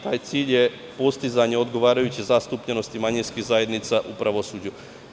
Taj cilj je postizanje odgovarajuće zastupljenosti manjinskih zajednica u pravosuđu.